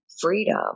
freedom